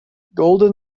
golden